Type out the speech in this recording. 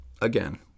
again